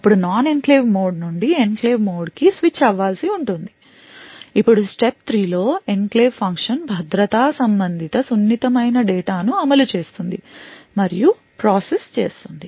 అప్పుడు non enclave mode నుండి enclave mode కి స్విచ్ అవ్వాల్సి ఉంటుంది అప్పుడు step 3 లో ఎన్క్లేవ్ ఫంక్షన్ భద్రతా సంబంధిత సున్నితమైన డేటా ను అమలు చేస్తుంది మరియు ప్రాసెస్ చేస్తుంది